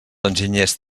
enginyers